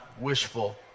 wishful